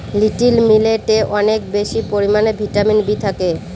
little মিলেটে অনেক বেশি পরিমানে ভিটামিন বি থাকে